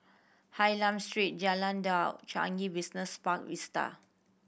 Hylam Street Jalan Dua Changi Business Park Vista